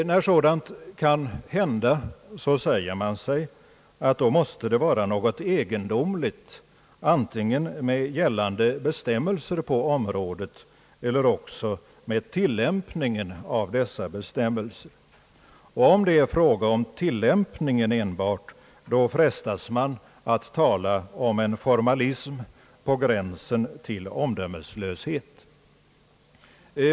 När sådant kan hända, säger man sig att det måste vara något egendomligt antingen med gällande bestämmelser på området eller med tillämpningen av dessa bestämmelser. Om det enbart är fråga om tillämpningen, frestas man att tala om en formalism på gränsen till omdömeslöshet.